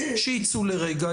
שיצאו לרגע,